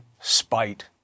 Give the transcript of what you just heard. spite